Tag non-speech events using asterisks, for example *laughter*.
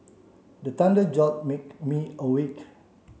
the thunder jolt *unintelligible* me awake